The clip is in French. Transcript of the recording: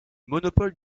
monopole